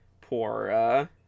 poor